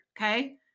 okay